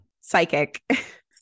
psychic